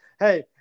Hey